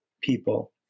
people